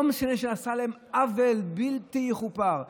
לא משנה שנעשה להם עוול בלתי יכופר,